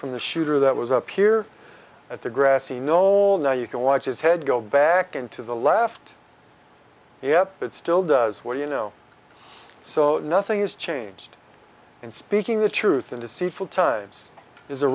from the shooter that was up here at the grassy knoll now you can watch his head go back into the left yep it still does what you know so nothing is changed and speaking the truth and deceitful times is a